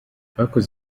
bakoze